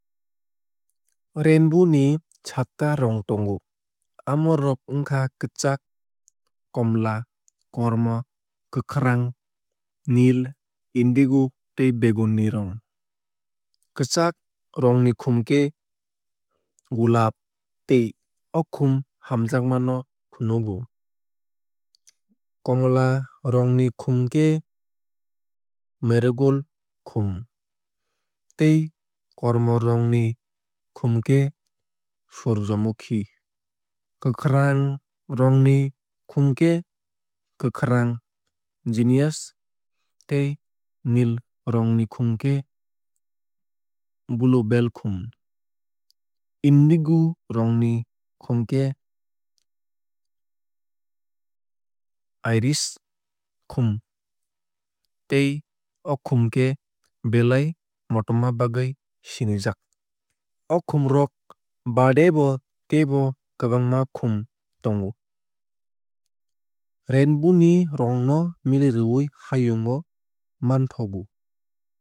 Rainbow ni satta rong tongo amo rok wnkha kwchak komla kormo kwkhrang neel indigo tei beguni rong. Kwchak rong ni khum khe gulab tei o khum hamjagma no funugo. Komla rong ni khum khe marigold khum tei kormo rong ni khum khe surjomukhi. Kwkhrang rong ni khum khe kwkhrang zinnias tei neel rong ni khum khe blubell khum. Indigo rong ni khum khe iris khum tei o khum khe belai motoma bagwui sinijak. O khum rok baade bo teibo kwbangma khum tongo rainbow ni rong no milirwui hayung o manthogo.